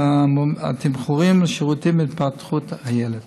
התמחורים לשירותים בתחום התפתחות הילד.